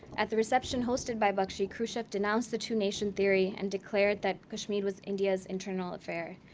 at the reception hosted by bakshi, khrushchev denounced the two-nation theory, and declared that kashmir was india's internal affair.